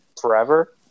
forever